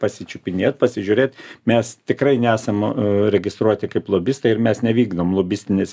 pasičiupinėt pasižiūrėt mes tikrai nesam registruoti kaip lobistai ir mes nevykdom lobistinės